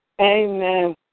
Amen